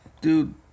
dude